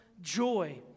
joy